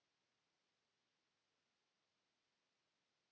Kiitos